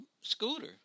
scooter